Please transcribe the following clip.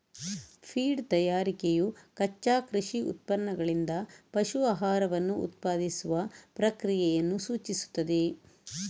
feed ತಯಾರಿಕೆಯು ಕಚ್ಚಾ ಕೃಷಿ ಉತ್ಪನ್ನಗಳಿಂದ ಪಶು ಆಹಾರವನ್ನು ಉತ್ಪಾದಿಸುವ ಪ್ರಕ್ರಿಯೆಯನ್ನು ಸೂಚಿಸುತ್ತದೆ